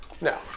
No